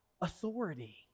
Authority